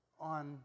on